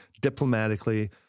diplomatically